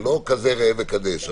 זה לא כזה ראה וקדש,